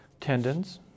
tendons